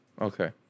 Okay